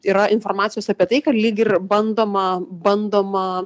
yra informacijos apie tai kad lyg ir bandoma bandoma